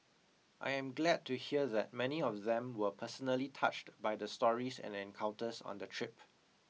I am glad to hear that many of them were personally touched by the stories and encounters on the trip